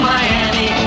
Miami